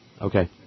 Okay